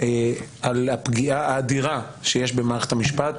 על הפגיעה האדירה שיש במערכת המשפט,